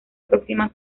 próximas